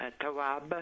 Tawab